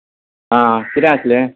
आं कितें आसलें